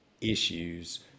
issues